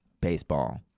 baseball